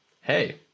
Hey